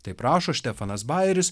taip rašo stefanas baikeris